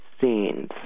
scenes